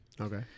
okay